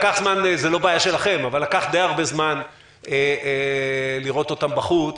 זו לא בעיה שלכם אבל לקח די הרבה זמן לראות אותם בחוץ